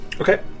Okay